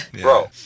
Bro